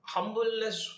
Humbleness